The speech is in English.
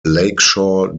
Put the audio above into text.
lakeshore